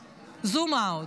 הזום-אאוט: